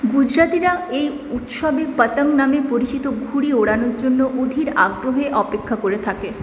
গুজরাতিরা এই উৎসবে পতং নামে পরিচিত ঘুড়ি ওড়ানোর জন্য অধীর আগ্রহে অপেক্ষা করে থাকে